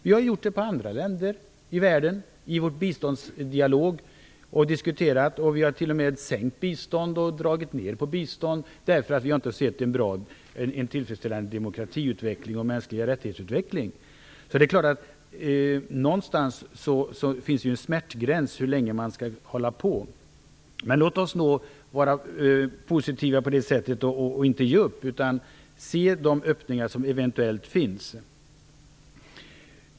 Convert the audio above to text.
Vi har gjort det med andra länder i världen genom vår biståndsdialog. Vi har t.o.m. sänkt bistånd och dragit ned på bistånd därför att vi inte sett någon tillfredsställande utveckling av demokratin och de mänskliga rättigheterna. Någonstans finns det en smärtgräns för hur länge man kan hålla på. Men låt oss vara positiva och inte ge upp utan se till de öppningar som eventuellt finns.